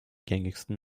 gängigsten